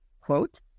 quote